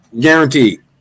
guaranteed